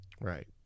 right